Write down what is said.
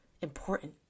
important